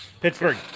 Pittsburgh